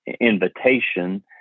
invitation